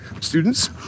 students